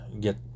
get